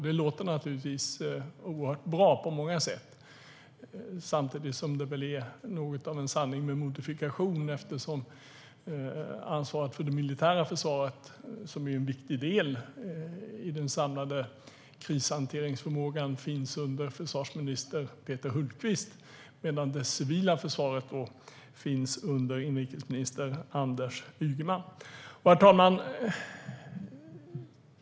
Det låter naturligtvis oerhört bra på många sätt, samtidigt som det väl är något av en sanning med modifikation, eftersom ansvaret för det militära försvaret, som är en viktig del i den samlade krishanteringsförmågan, finns under försvarsminister Peter Hultqvist, medan det civila försvaret finns under inrikesminister Anders Ygeman. Herr talman!